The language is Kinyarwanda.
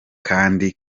kandi